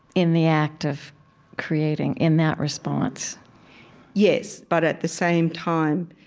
in the act of creating, in that response yes. but at the same time,